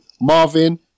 Marvin